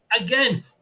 again